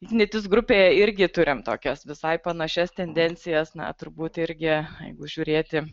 ignitis grupė irgi turim tokias visai panašias tendencijas na turbūt irgi jeigu žiūrėti